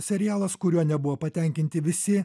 serialas kuriuo nebuvo patenkinti visi